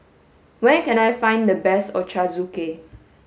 where can I find the best Ochazuke